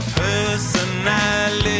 personality